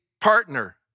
partner